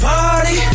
Party